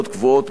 מיוחדות,